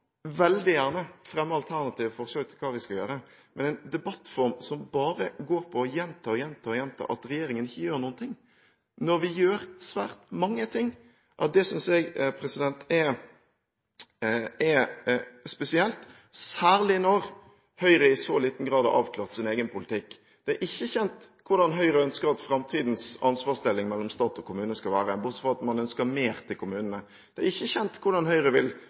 veldig gjerne fremme alternative forslag om hva vi skal gjøre. Men en debattform som bare går på å gjenta at regjeringen ikke gjør noen ting, når vi gjør svært mange ting, synes jeg er spesielt, særlig når Høyre i så liten grad har avklart sin egen politikk. Det er ikke kjent hvordan Høyre ønsker at framtidens ansvarsdeling mellom stat og kommune skal være, bortsett fra at man ønsker mer til kommunene. Det er ikke kjent hvordan Høyre vil